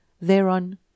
Thereon